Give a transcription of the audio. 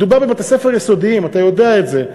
מדובר בבתי-ספר יסודיים, אתה יודע את זה.